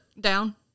down